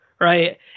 right